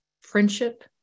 friendship